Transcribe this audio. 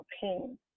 pain